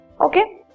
Okay